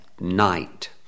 night